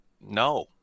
no